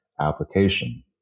application